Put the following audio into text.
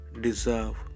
deserve